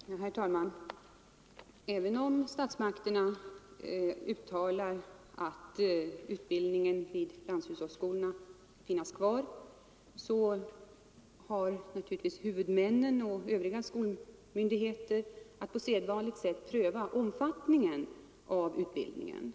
Torsdagen den Herr talman! Även då statsmakterna uttalar att utbildningen vid lant 31 oktober 1974 hushållsskolorna skall finnas kvar har naturligtvis huvudmännen och övriga — oo oo skolmyndigheter att på sedvanligt sätt pröva omfattningen av utbildningen. Ang.